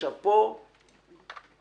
כאשר אני